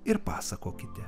ir pasakokite